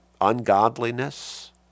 ungodliness